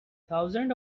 thousands